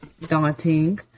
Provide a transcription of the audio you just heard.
daunting